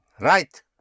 Right